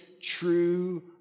true